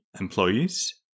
employees